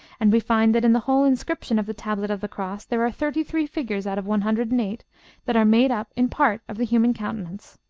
and we find that in the whole inscription of the tablet of the cross there are thirty three figures out of one hundred and eight that are made up in part of the human countenance.